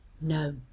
No